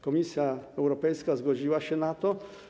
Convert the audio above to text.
Komisja Europejska zgodziła się na to.